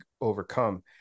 overcome